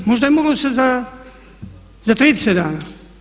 Možda je moglo se za 30 dana.